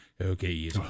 okay